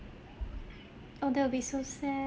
oh that would be so sad